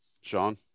Sean